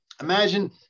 imagine